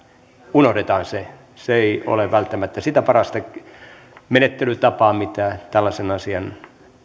unohdetaan se ei ole välttämättä sitä parasta menettelytapaa mitä tällaisen asian